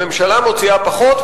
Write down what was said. הממשלה מוציאה פחות,